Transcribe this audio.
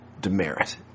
demerit